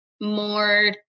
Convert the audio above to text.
more